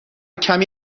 کمی